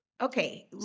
okay